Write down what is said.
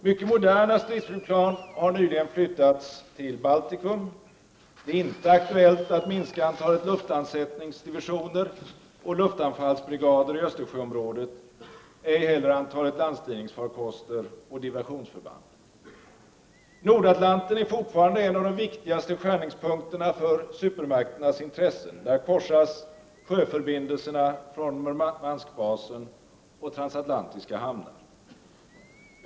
Mycket moderna stridsflygplan har nyligen flyttats till Baltikum. Det är inte aktuellt att minska antalet luftlandsättningsdivisioner och luftanfallsbrigader i Östersjöområdet, ej heller antalet landstigningsfarkoster och diversionsförband. Nordatlanten är fortfarande en av de viktigaste skärningspunkterna för supermakternas intressen — där korsas sjöförbindelserna från Murmansk-basen och transatlantiska hamnar.